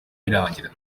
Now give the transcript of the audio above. birangira